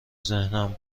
ذهنم